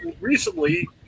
recently –